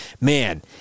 man